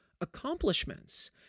accomplishments